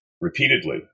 repeatedly